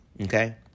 okay